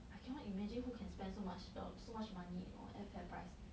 I cannot imagine who can spend so much do~ so much money you know at Fairprice